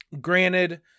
granted